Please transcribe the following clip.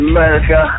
America